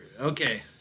Okay